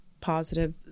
positive